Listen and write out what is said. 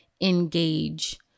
engage